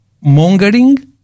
mongering